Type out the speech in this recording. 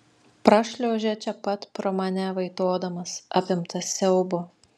prašliaužia čia pat pro mane vaitodamas apimtas siaubo